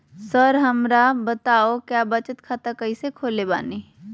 Sir हमरा बताओ क्या बचत खाता कैसे खोले बानी?